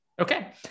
Okay